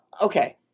okay